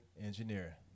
engineer